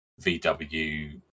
VW